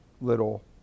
little